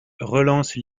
relance